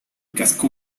casco